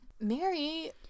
Mary